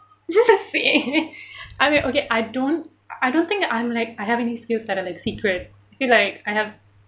just say I mean okay I don't I don't think I'm like I have any skills that are like secret I feel like I have